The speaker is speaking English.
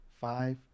Five